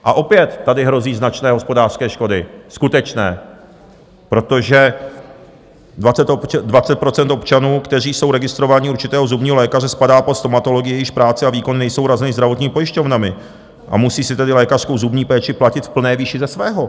A opět tady hrozí značné hospodářské škody skutečné, protože 20 % občanů, kteří jsou registrováni u určitého zubního lékaře, spadá pod stomatology, jejichž práce a výkony nejsou hrazeny zdravotními pojišťovnami, a musí si tedy lékařskou zubní péči platit v plné výši ze svého.